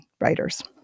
writers